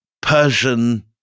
Persian